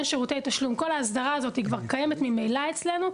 שירותי תשלום היא כבר קיימת אצלנו ממילא.